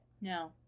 No